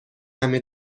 همه